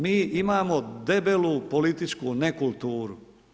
Mi imamo debelu političku nekulturu.